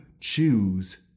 choose